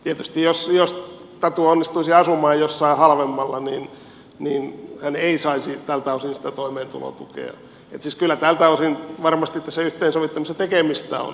tietysti jos tatu onnistuisi asumaan jossain halvemmalla niin hän ei saisi tältä osin sitä toimeentulotukea että siis kyllä tältä osin varmasti tässä yhteensovittamisessa tekemistä on